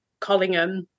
Collingham